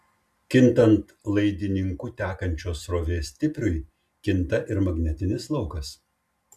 kintant laidininku tekančios srovės stipriui kinta ir magnetinis laukas